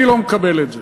אני לא מקבל את זה,